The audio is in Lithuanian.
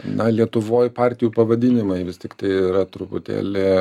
na lietuvoj partijų pavadinimai vis tiktai yra truputėlį